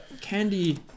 candy